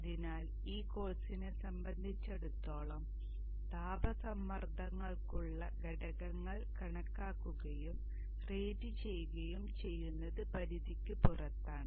അതിനാൽ ഈ കോഴ്സിനെ സംബന്ധിച്ചിടത്തോളം താപ സമ്മർദ്ദങ്ങൾക്കുള്ള ഘടകങ്ങൾ കണക്കാക്കുകയും റേറ്റുചെയ്യുകയും ചെയ്യുന്നത് പരിധിക്ക് പുറത്താണ്